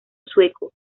sueco